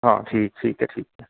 ਹਾਂ ਠੀਕ ਠੀਕ ਹੈ ਠੀਕ